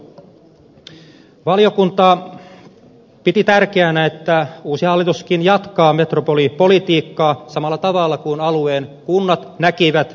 valiokunta piti tärkeänä että uusikin hallitus jatkaa metropolipolitiikkaa samalla tavalla kuin alueen kunnat näkivät